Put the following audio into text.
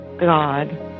God